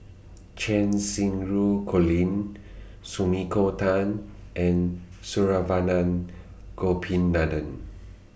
Cheng Xinru Colin Sumiko Tan and Saravanan Gopinathan